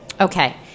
Okay